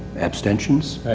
abstentions.